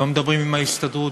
לא מדברים עם ההסתדרות,